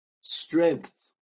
strength